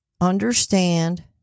understand